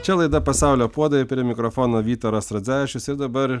čia laida pasaulio puodai ir prie mikrofono vytaras radzevičius ir dabar